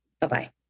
Bye-bye